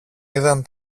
είδαν